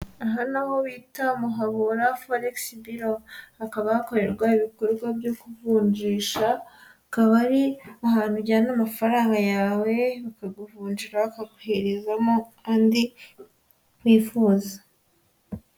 Aha ni aho bita Muhabura folegisi biro, hakaba hakorerwa ibikorwa byo kuvunjisha, akaba ari ahantu ujyana amafaranga yawe bakakuvunjira, bakaguherezamo andi wifuza.